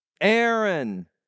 Aaron